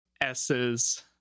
s's